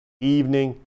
evening